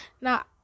Now